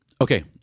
Okay